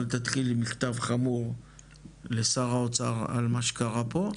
אבל תתחילי עם מכתב חמור לשר האוצר על מה שקרה פה,